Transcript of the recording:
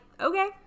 Okay